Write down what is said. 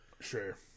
Sure